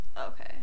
Okay